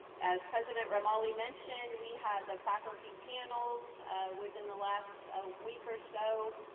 as president romali mentioned, we had the faculty panels within the last ah week or so.